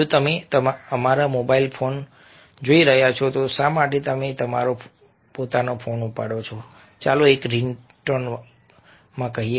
જો તમે અમારા મોબાઈલ ફોન જોઈ રહ્યા છો તો શા માટે તમે તમારો પોતાનો ફોન ઉપાડો છો ચાલો એક રિંગટોન કહીએ